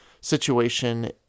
situation